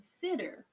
consider